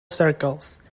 circles